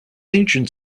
agent